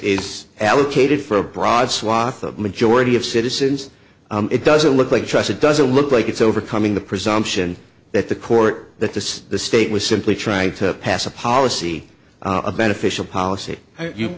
's allocated for a broad swath of majority of citizens it doesn't look like trust it doesn't look like it's overcoming the presumption that the court that the state was simply trying to pass a policy a beneficial policy when you